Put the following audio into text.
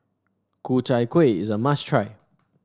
Ku Chai Kueh is a must try